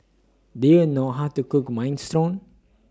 Do YOU know How to Cook Minestrone